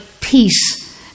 peace